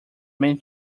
many